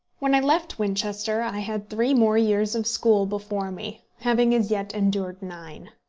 when i left winchester, i had three more years of school before me, having as yet endured nine.